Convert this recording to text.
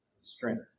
strength